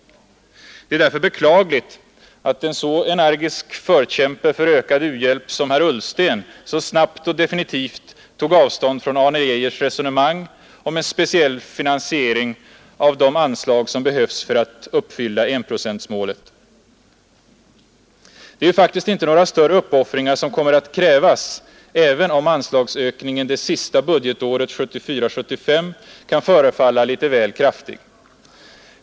Det var därför beklagligt att en så energisk förkämpe för ökad u-hjälp som herr Ullsten så snabbt och definitivt tog avstånd från Arne Geijers resonemang och från en speciell finansiering av de anslag som behövs för att uppfylla enprocentsmålet. Det är ju faktiskt inte några större uppoffringar som kommer att krävas, även om anslagsökningen det sista budgetåret 1974/75 kan förefalla litet väl kraftig.